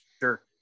sure